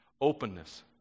openness